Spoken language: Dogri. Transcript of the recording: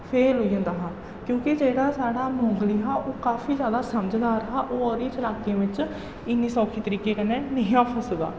फेल होई जंदा हा क्योंकि जेह्ड़ा साढ़ा मोंगली हा ओह् काफी ज्यादा समझदार हा ओह् ओह्दी चलाकी बिच्च इन्नी सौक्खी तरीके कन्नै नेईं हा फसदा